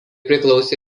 priklausė